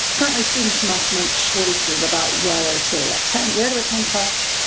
currently students must make choices about whether to attend, where to attend college,